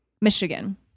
Michigan